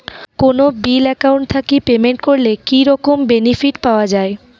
কোনো bill account থাকি payment করলে কি রকম বেনিফিট পাওয়া য়ায়?